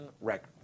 record